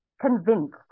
convinced